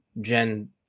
Gen